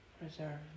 preserve